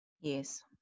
yes